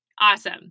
Awesome